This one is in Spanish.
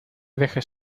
dejes